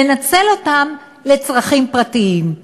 לנצל אותם לצרכים פרטיים.